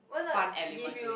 fun element to it